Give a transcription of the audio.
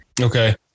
Okay